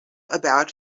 about